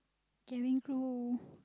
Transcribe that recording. cabin crew